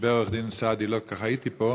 כשדיבר עורך-דין סעדי לא כל כך הייתי פה.